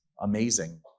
amazing